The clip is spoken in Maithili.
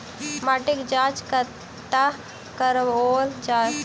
माटिक जाँच कतह कराओल जाए?